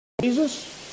Jesus